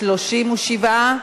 37,